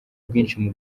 bwinshi